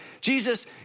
Jesus